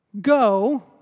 Go